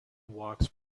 walks